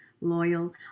loyal